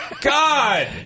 God